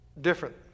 different